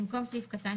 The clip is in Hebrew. ו-(2)(א)